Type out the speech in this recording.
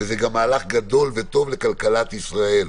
וזה גם מהלך גדול וטוב לכלכלת ישראל.